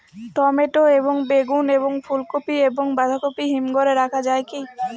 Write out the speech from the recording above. Tomato এবং বেগুন এবং ফুলকপি এবং বাঁধাকপি হিমঘরে রাখা যায় কি?